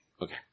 Okay